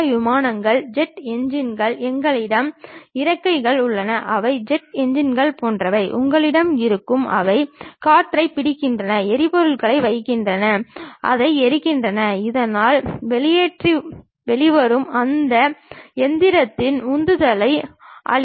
விமானங்கள் ஜெட் என்ஜின்கள் உங்களிடம் இறக்கைகள் உள்ளன அவை ஜெட் என்ஜின்கள் போன்றவை உங்களிடம் இருக்கும் அவை காற்றைப் பிடிக்கின்றன எரிபொருளை வைக்கின்றன அதை எரிக்கின்றன இதனால் வெளியேற்றம் வெளியே வரும் அது அந்த இயந்திரத்தின் உந்துதலை அளிக்கும்